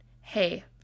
hey